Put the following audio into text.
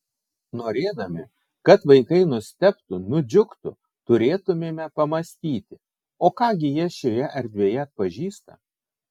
norėdami kad vaikai nustebtų nudžiugtų turėtumėme pamąstyti o ką gi jie šioje erdvėje atpažįsta